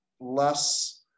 less